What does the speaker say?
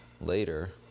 later